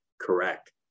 correct